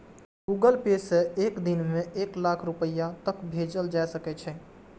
Google Pay सं एक दिन मे एक लाख रुपैया तक भेजल जा सकै छै